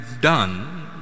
done